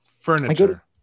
Furniture